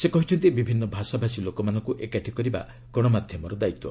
ସେ କହିଛନ୍ତି ବିଭିନ୍ନ ଭାଷାଭାଷୀ ଲୋକମାନଙ୍କୁ ଏକାଠି କରିବା ଗଣମାଧ୍ୟମର ଦାୟିତ୍ୱ